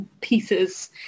pieces